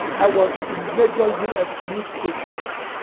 i was in major u s. newspapers,